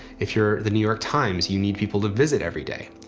if you're the new york times, you need people to visit every day.